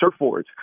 surfboards